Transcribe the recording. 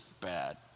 bad